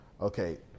Okay